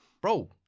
bro